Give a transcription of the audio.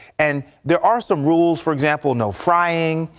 and there are some rules, for example, no frying,